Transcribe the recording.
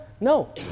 No